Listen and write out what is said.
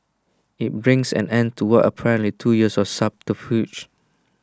IT brings an end to what was apparently two years of subterfuge